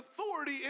authority